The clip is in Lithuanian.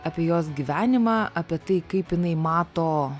apie jos gyvenimą apie tai kaip jinai mato